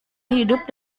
hidup